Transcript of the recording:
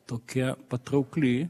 tokia patraukli